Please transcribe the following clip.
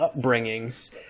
upbringings